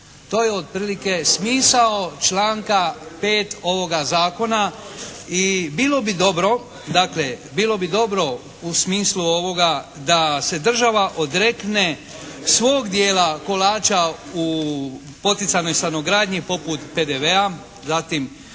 To je otprilike smisao članka 5. ovoga zakona. I bilo bi dobro, dakle bilo bi dobro u smislu ovoga da se država odrekne svog dijela kolača u poticajnoj stanogradnji poput PDV-a, zatim